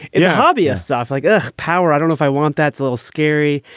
yeah, hobbyist stuff like ah power. i don't know if i want. that's a little scary.